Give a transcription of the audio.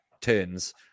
turns